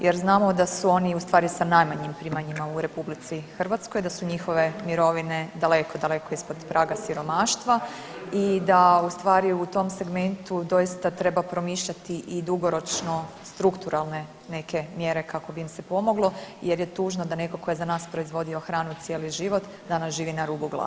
Jer znamo da su oni u stvari sa najmanjim primanjima u Republici Hrvatskoj, da su njihove mirovine daleko, daleko ispod praga siromaštva i da ustvari u tom segmentu doista treba promišljati i dugoročno strukturalne neke mjere kako bi im se pomoglo jer je tužno da netko tko je za nas proizvodio hranu cijeli život danas živi na rubu gladi.